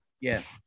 Yes